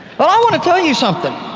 well, i want to tell you something,